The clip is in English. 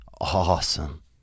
awesome